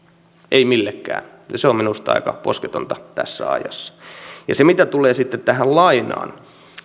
ei millekään ja se on minusta aika posketonta tässä ajassa mitä tulee sitten tähän lainaan